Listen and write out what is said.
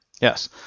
Yes